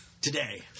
today